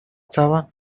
cała